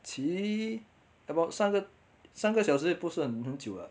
骑 about 三个三个小时也不是很久 lah